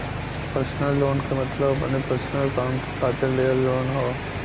personal loan क मतलब अपने पर्सनल काम के खातिर लिहल लोन हौ